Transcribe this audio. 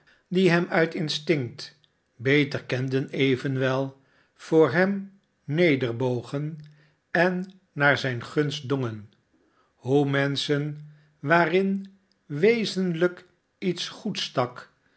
die hem uit instinct beter kenden evenwel voor hem nedergebogen en naar zijne gunst dongen hoe menschen waarin wezenlijk iets goeds stak